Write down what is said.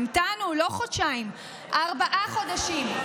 המתנו, לא חודשיים, ארבעה חודשים.